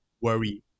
worry